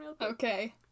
okay